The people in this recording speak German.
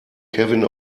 kevin